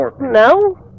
No